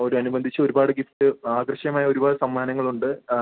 അത് ഒന്ന് നോക്ക് അത് ആ ശരിയാണ് നമ്മളെ